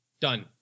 Done